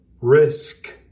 risk